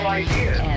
idea